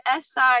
si